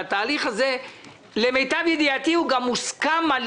שהתהליך הזה למיטב ידיעתי הוא גם מוסכם על